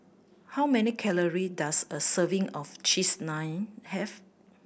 how many calorie does a serving of Cheese Naan have